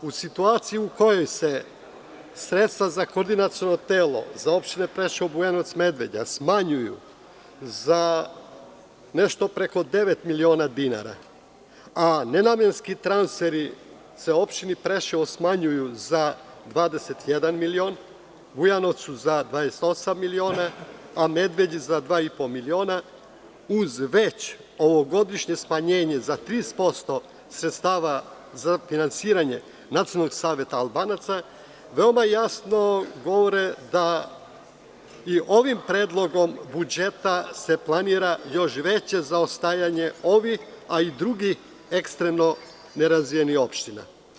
U situaciji u kojoj se sredstva za koordinacioni telo za opštine Preševo, Bujanovac, Medveđa se smanjuju za nešto preko devet miliona dinara, a nenamenski transferi se opštini Preševo smanjuju za 21 miliona, Bujanovcu za 28 miliona, a Medveđi za dva i po miliona, uz već ovogodišnje smanjenje za 30% sredstava za finansiranje Nacionalnog saveta Albanaca, veoma jasno govore da i ovim Predlogom budžeta se planira još veće zaostajanje ovih, a i drugih ekstremno nerazvijenih opština.